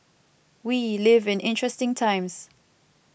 we live in interesting times